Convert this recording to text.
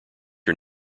are